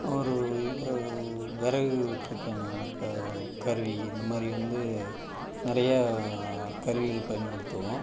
ஒரு இதில் விறகு வெட்டுறத்துக்கான ஒரு கருவி அந்தமாதிரி வந்து நிறையா கருவிகள் பயன்படுத்துவோம்